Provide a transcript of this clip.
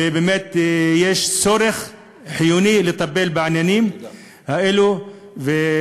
ובאמת יש צורך חיוני לטפל בעניינים האלה, תודה.